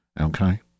okay